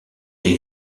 des